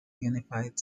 unified